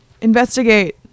Investigate